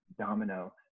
domino